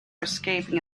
escaping